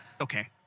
Okay